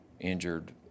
injured